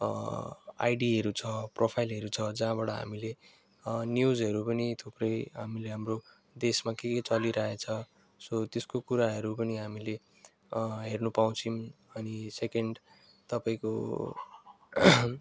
आइडीहरू छ प्रोफाइलहरू छ जहाँबाट हामीले न्युजहरूहरू पनि थुप्रै हामीले हाम्रो देशमा के के चलिरहेको छ सो त्यसको कुराहरू पनि हामीले हेर्नु पाउँछौँ अनि सेकेन्ड तपाईँको